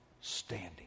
standing